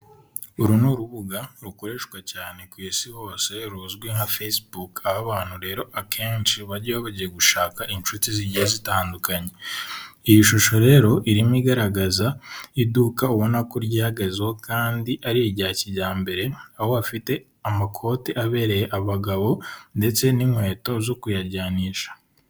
Uru ni urubuga rukoreshwa cyane ku isi hose ruzwi nka fesibuke, aho abantu rero akenshi bajya bagiye gushaka inshuti zigiye zitandukanye, iyi shusho rero irimo igaragaza iduka ubona ko ryihagazeho kandi ari irya kijyambere, aho bafite amakoti abereye abagabo ndetse n'inkweto zo kuyajyanisha.